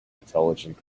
intelligent